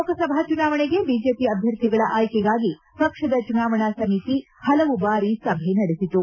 ಲೋಕಸಭಾ ಚುನಾವಣೆಗೆ ಬಿಜೆಪಿ ಅಭ್ಯರ್ಥಿಗಳ ಆಯ್ಕೆಗಾಗಿ ಪಕ್ಷದ ಚುನಾವಣಾ ಸಮಿತಿ ಹಲವು ಬಾರಿ ಸಭೆ ನಡೆಸಿತು